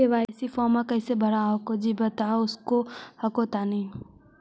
KYC फॉर्मा कैसे भरा हको जी बता उसको हको तानी?